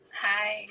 Hi